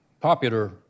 popular